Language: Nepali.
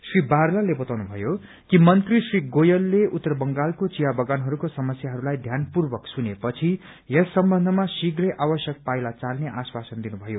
श्री बारलाले बताउनु भयो कि मन्त्री श्री गोयलले उत्तर बंगालको चिया बगानहरूको समस्याहरूलाई ध्यानपूर्वक सुने पछि यस सम्बन्धमा शीप्र नै आवश्यक पाइला चाल्ने आश्वासन दिनुभयो